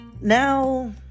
Now